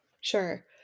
Sure